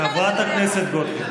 חברת הכנסת גוטליב,